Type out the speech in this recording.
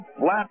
flat